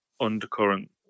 undercurrent